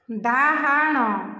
ଡାହାଣ